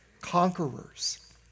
conquerors